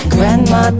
Grandma